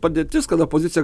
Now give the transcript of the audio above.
padėtis kad opozicija